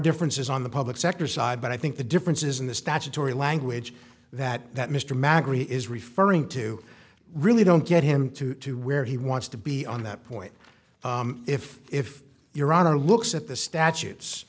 differences on the public sector side but i think the difference is in the statutory language that that mr magri is referring to really don't get him to to where he wants to be on that point if if your honor looks at the statutes